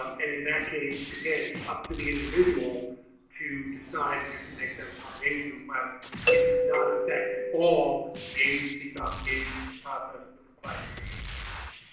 um and in that case again it's up to the individual to decide when to make that accommodation request it does not affect at all the agency's obligation to process the request to make a determination.